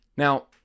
Now